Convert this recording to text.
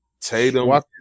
Tatum